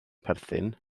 perthyn